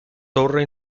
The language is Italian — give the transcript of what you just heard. torre